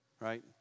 right